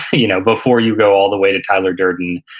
you know before you go all the way to tyler durden,